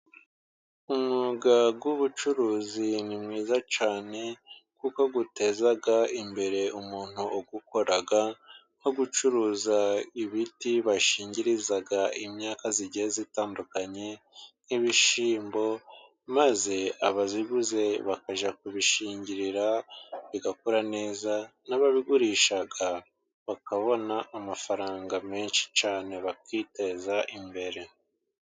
Umwuga w'ubucuruzi ni mwiza cyane, kuko uteza imbere umuntu uwukora. Nko gucuruza ibiti bashingiriza imyaka, igiye itandukanye, nk'ibishyimbo, maze ababiguze bakajya kubishingirira, bigakura neza, n'abagurisha bakabona amafaranga menshi cyane bakiteza imbere.